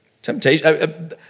Temptation